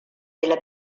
della